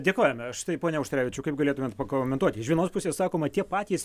dėkojame štai pone auštrevičiau kaip galėtumėt pakomentuoti iš vienos pusės sakoma tie patys